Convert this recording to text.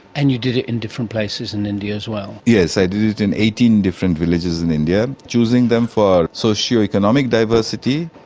and you did it in different places in india as well. yes, i did it in eighteen different villages in india, choosing them for socio-economic diversity,